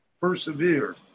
Persevere